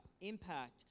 impact